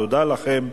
תודה לכם.